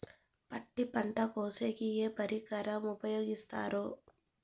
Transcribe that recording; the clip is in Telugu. పత్తి పంట కోసేకి ఏ పరికరం ఉపయోగిస్తారు?